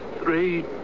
three